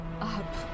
up